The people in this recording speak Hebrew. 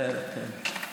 בערך, כן.